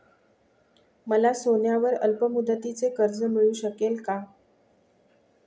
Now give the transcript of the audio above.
मला सोन्यावर अल्पमुदतीचे कर्ज मिळू शकेल का?